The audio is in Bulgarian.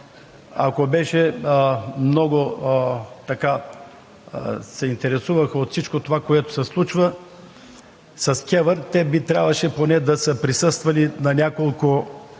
популизма. Ако се интересуваха от всичко това, което се случва с КЕВР, те би трябвало да са присъствали на няколко